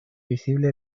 visible